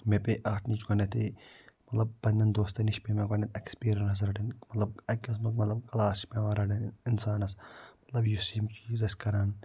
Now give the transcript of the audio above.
مےٚ پے اَتھ نِش گۄڈٕنٮ۪تھٕے مَطلَب پَنٛنٮ۪ن دوستَن نِش پے مےٚ گۄڈٕنٮ۪تھ اٮ۪کٕسپیٖریَنٕس رَٹٕنۍ مطلب اَکہٕ قٕسمہٕ مَطلَب کَلاس چھِ پٮ۪وان رَٹٕنۍ اِنسانَس مطلب یُس یِم چیٖز آسہِ کَران